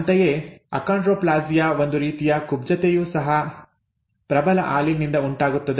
ಅಂತೆಯೇ ಅಕೋಂಡ್ರೊಪ್ಲಾಸಿಯಾ ಒಂದು ರೀತಿಯ ಕುಬ್ಜತೆಯೂ ಸಹ ಪ್ರಬಲ ಆಲೀಲ್ ನಿಂದ ಉಂಟಾಗುತ್ತದೆ